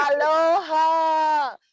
Aloha